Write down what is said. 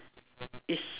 it's